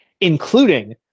including